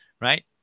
right